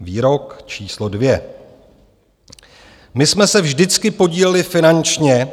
Výrok číslo dvě: My jsme se vždycky podíleli finančně